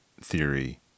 theory